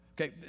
okay